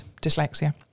dyslexia